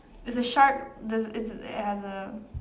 is the sharp there's is a it has a